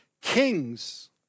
Kings